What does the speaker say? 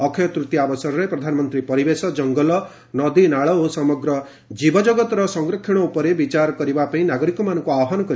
ଅକ୍ଷୟ ତ୍ତୀୟା ଅବସରରେ ପ୍ରଧାନମନ୍ତ୍ରୀ ପରିବେଶ ଜଙ୍ଗଲ ନଦୀନାଳ ଓ ସମଗ୍ର ଜୀବଜଗତର ସଂରକ୍ଷଣ ଉପରେ ବିଚାର କରିବାପାଇଁ ନାଗରିକମାନଙ୍କ ଆହ୍ୱାନ କରିଛନ୍ତି